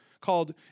called